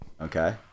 Okay